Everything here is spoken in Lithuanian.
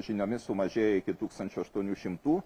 žiniomis sumažėjo iki tūkstančio aštuonių šimtų